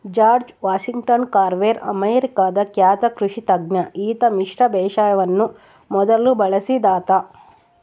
George Washington Carver ಅಮೇರಿಕಾದ ಖ್ಯಾತ ಕೃಷಿ ತಜ್ಞ ಈತ ಮಿಶ್ರ ಬೇಸಾಯವನ್ನು ಮೊದಲು ಬಳಸಿದಾತ